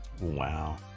Wow